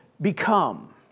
become